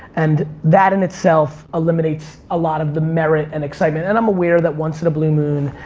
and that, in itself, eliminates a lot of the merit and excitement. and i'm aware that, once in a blue moon,